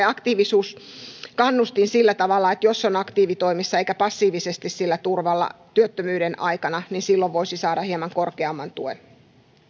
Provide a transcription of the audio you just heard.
aktiivisuuskannustin sillä tavalla että jos on aktiivitoimessa eikä passiivisesti sillä turvalla työttömyyden aikana niin silloin voisi saada hieman korkeamman tuen